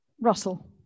Russell